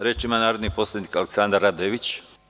Reč ima narodni poslanik Aleksandar Radojević.